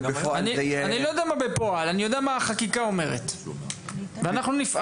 אני יודע מה החקיקה אומרת ואנחנו נפעל כדי שברמת הביצוע כך ייעשה.